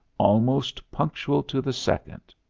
almost punctual to the second.